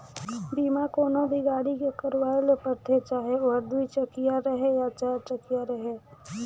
बीमा कोनो भी गाड़ी के करवाये ले परथे चाहे ओहर दुई चकिया रहें या चार चकिया रहें